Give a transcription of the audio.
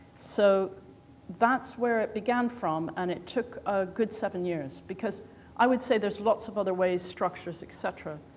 so that's where it began from and it took a good seven years. because i would say there's lots of other ways, structures etc,